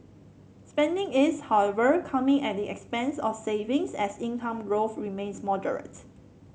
spending is however coming at the expense of savings as income growth remains moderate